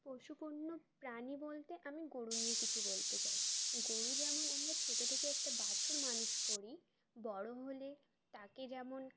পশুপালন প্রাণী বলতে আমি গরু নিয়ে কিছু বলতে চাই গরু যেমন আমরা ছোটো থেকে একটা বাছর মানুষ করি বড়ো হলে তাকে যেমন